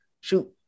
shoot